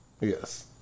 Yes